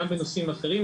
גם בנושאים אחרים.